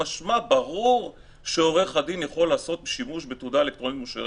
משמע ברור שעורך הדין יכול לעשות שימוש בתעודה אלקטרונית מאושרת",